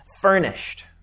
furnished